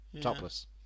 topless